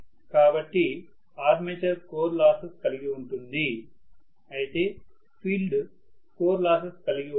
కాబట్టి armature core losses కలిగి ఉంటుంది అయితే ఫీల్డ్ కోర్ లాసెస్ కలిగి ఉండదు